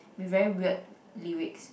with very weird lyrics